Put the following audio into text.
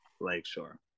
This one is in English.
Lakeshore